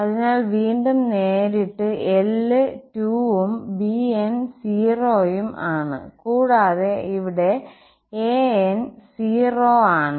അതിനാൽ വീണ്ടും നേരിട്ട് L 2 ഉം bn 0 യും ആണ് കൂടാതെ ഇവിടെ an 0 ആണ്